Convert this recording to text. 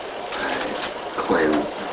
cleanse